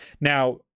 Now